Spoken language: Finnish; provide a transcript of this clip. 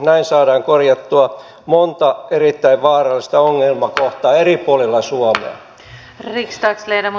näin saadaan korjattua monta erittäin vaarallista ongelmakohtaa eri puolilla suomea